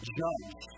judge